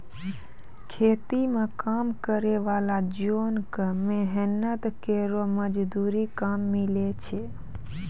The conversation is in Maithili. खेती म काम करै वाला जोन क मेहनत केरो मजदूरी कम मिलै छै